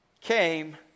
came